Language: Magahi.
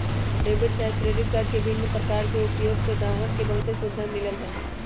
डेबिट चाहे क्रेडिट कार्ड के विभिन्न प्रकार के उपयोग से गाहक के बहुते सुभिधा मिललै ह